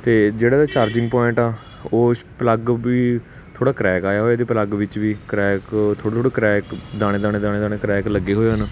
ਅਤੇ ਜਿਹੜਾ ਇਹਦਾ ਚਾਰਜਿੰਗ ਪੁਆਇੰਟ ਆ ਉਹ ਸ਼ ਪਲੱਗ ਵੀ ਥੋੜ੍ਹਾ ਕਰੈਕ ਆਇਆ ਹੋਇਆ ਇਹਦੇ ਪਲੱਗ ਵਿੱਚ ਵੀ ਕਰੈਕ ਥੋੜ੍ਹੇ ਥੋੜ੍ਹੇ ਕਰੈਕ ਦਾਣੇ ਦਾਣੇ ਦਾਣੇ ਕਰੈਕ ਲੱਗੇ ਹੋਏ ਹਨ